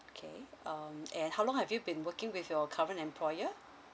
okay um and how long have you been working with your current employer